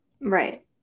right